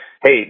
Hey